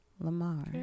lamar